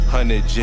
Hundred